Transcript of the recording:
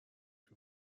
توی